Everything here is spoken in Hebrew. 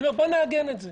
אני אומר שנעגן את זה.